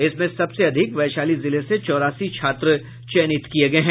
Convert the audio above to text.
इसमें सबसे अधिक वैशाली जिले से चौरासी छात्र चयनित किये गये हैं